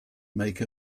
make